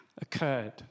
occurred